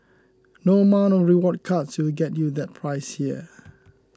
no amount of rewards cards will get you that price here